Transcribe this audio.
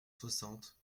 soixante